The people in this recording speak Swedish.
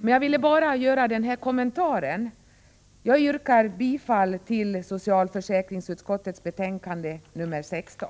men jag vill nu bara göra den här kommentaren. Jag yrkar bifall till socialförsäkringsutskottets hemställan i betänkandet nr 16.